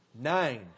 Nine